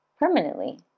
permanently